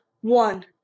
One